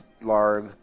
large